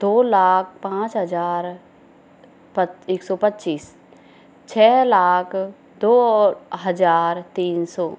दो लाख पाँच हज़ार एक सौ पच्चीस छः लाख दो हज़ार तीन सौ